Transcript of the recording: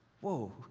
Whoa